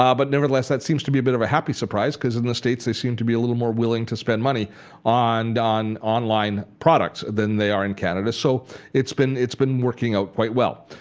um but nevertheless that seems to be a bit of a happy surprise because in the states they seem to be a little more willing to spend money um and on online products than they are in canada so it's been it's been working out quite well.